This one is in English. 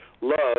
love